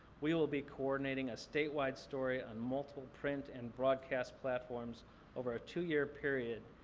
we will be coordinating a statewide story on multiple print and broadcast platforms over a two-year period.